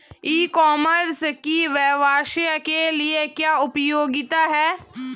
ई commerce की व्यवसाय के लिए क्या उपयोगिता है?